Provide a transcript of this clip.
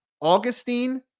Augustine